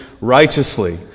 righteously